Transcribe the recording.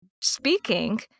speaking